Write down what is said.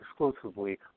exclusively